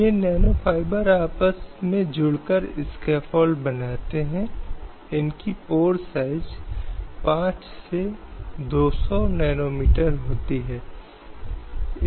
अब यदि हम हम भारत के लोग शब्द देखते हैं तो देश के सभी लोगों के लिए स्रोत का पता लगाया जा सकता है